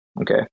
Okay